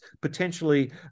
potentially